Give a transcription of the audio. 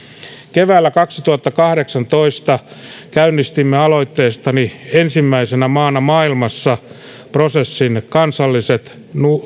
keväällä kaksituhattakahdeksantoista käynnistimme aloitteestani ensimmäisenä maana maailmassa prosessin kansallisen